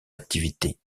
activités